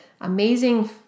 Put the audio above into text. amazing